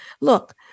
Look